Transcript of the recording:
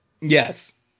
Yes